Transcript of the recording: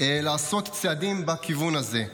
לעשות צעדים בכיוון הזה.